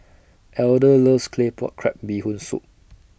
Elder loves Claypot Crab Bee Hoon Soup